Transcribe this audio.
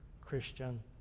christian